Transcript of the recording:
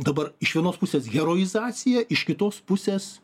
dabar iš vienos pusės heroizacija iš kitos pusės